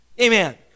Amen